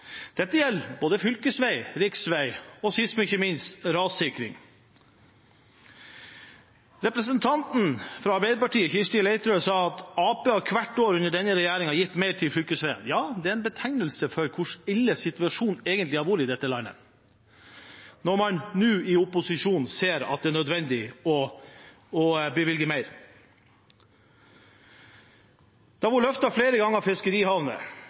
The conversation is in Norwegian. Dette gjelder både fylkesvei, riksvei og sist, men ikke minst rassikring. Representanten Kirsti Leirtrø fra Arbeiderpartiet sa at Arbeiderpartiet hvert år under denne regjeringen har gitt mer til fylkesveiene. Det er en betegnelse for hvor ille situasjonen egentlig har vært i dette landet, når man nå i opposisjon ser at det er nødvendig å bevilge mer. Fiskerihavner har flere ganger